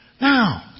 Now